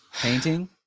Painting